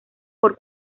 por